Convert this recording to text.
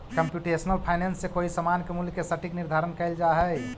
computational finance से कोई समान के मूल्य के सटीक निर्धारण कैल जा हई